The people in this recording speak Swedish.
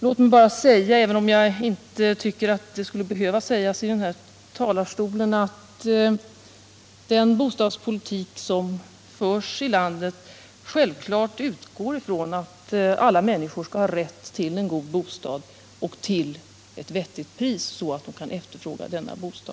Låt mig bara säga, även om jag inte tycker att det skulle behöva sägas i den här talarstolen, att den bostadspolitik som förs i landet självfallet Nr 25 utgår från att alla människor skall ha rätt till en god bostad till ett vettigt pris, så att de kan efterfråga den.